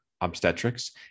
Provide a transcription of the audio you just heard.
obstetrics